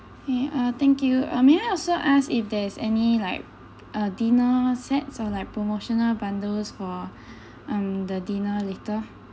okay uh thank you um may I also asked if there is any like uh dinner sets or like promotional bundles for um the dinner later